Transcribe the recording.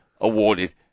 awarded